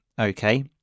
okay